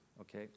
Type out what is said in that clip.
okay